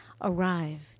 arrive